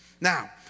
Now